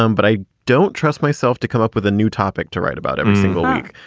um but i don't trust myself to come up with a new topic to write about every single week.